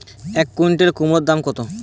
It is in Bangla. এক কুইন্টাল কুমোড় দাম কত?